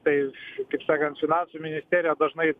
tai kaip sakant finansų ministerija dažnai